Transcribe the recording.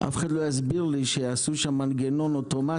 אף אחד לא יסביר לי שיעשו שם מנגנון אוטומטי,